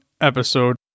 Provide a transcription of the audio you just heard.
episode